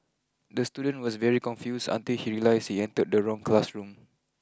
the student was very confused until he realised he entered the wrong classroom